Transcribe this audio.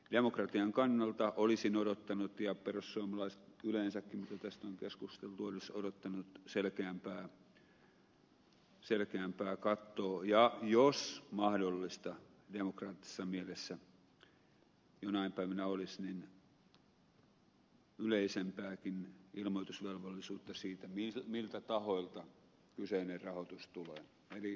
demokratian kannalta olisin odottanut ja perussuomalaiset yleensäkin kun tästä on keskusteltu olisivat odottaneet selkeämpää kattoa ja jos mahdollista demokraattisessa mielessä jonain päivänä olisi niin yleisempääkin ilmoitusvelvollisuutta siitä miltä tahoilta kyseinen rahoitus tulee